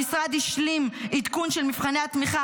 המשרד השלים עדכון של מבחני התמיכה,